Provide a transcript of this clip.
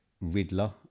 riddler